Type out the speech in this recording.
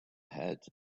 had